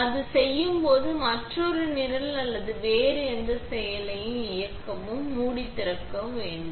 அது செய்யும்போது மற்றொரு நிரல் அல்லது வேறு எந்த செயலையும் இயக்கவும் நீங்கள் மூடி திறக்க வேண்டும்